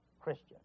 Christian